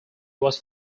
was